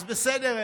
אז בסדר,